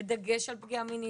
בדגש על פגיעה מינית.